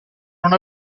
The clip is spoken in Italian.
non